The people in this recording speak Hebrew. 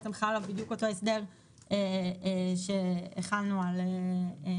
חל עליו בדיוק אותו הסדר שהחלנו על נוסעים.